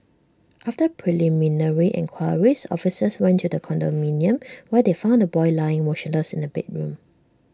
after preliminary enquiries officers went to the condominium where they found the boy lying motionless in A bedroom